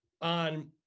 on